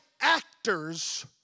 actors